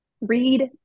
read